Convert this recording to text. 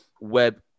web